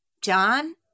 John